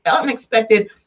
unexpected